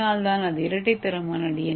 அதனால்தான் இது இரட்டை தரமான டி